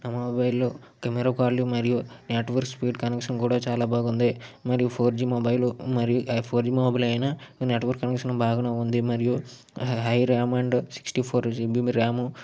ఆ మొబైల్లో camera quality మరియు నెట్వర్క్ స్పీడ్ కనెక్షన్ కూడా చాలా బాగుంది మరియు ఫోర్ జి మొబైల్ మరియు ఫోర్ జి మొబైల్ అయినా నెట్వర్క్ కనెక్షన్ బాగానే ఉంది మరియు high RAM and sixty four GB RAM